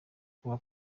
kuba